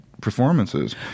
performances